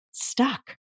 Stuck